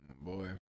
Boy